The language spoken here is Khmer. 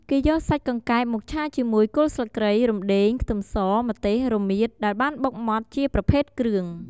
គេយកសាច់កង្កែបមកឆាជាមួយ គល់ស្លឹកគ្រៃ រំដេង ខ្ទឹមស ម្ទេស រមៀត ដែលបានបុកម៉ត់ជាប្រភេទគ្រឿង។